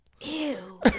Ew